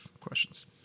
questions